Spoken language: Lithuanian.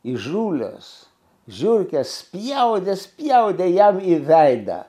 įžūlios žiurkės spjaudė spjaudė jam į veidą